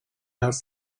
her